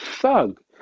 thug